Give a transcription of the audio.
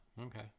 okay